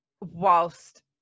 whilst